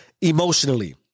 emotionally